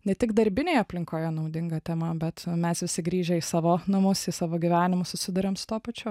ne tik darbinėje aplinkoje naudinga tema bet mes visi grįžę į savo namus į savo gyvenimą susiduriam su tuo pačiu